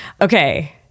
okay